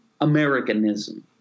Americanism